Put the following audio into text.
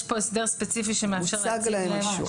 יש פה הסדר ספציפי שמאפשר להציג להם,